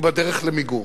היא בדרך למיגור.